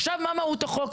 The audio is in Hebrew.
עכשיו, מה מהות החוק?